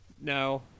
No